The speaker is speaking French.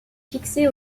fixé